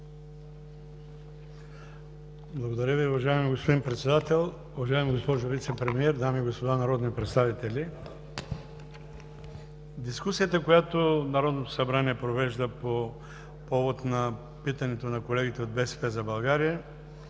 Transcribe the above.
Благодаря Ви, уважаеми господин Председател! Уважаема госпожо Вицепремиер, дами и господа народни представители! Дискусията, която Народното събрание провежда по повод на питането на колегите от „БСП за България“,